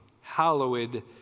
Hallowed